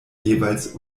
jeweils